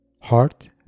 HEART